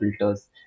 filters